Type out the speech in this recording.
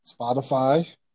Spotify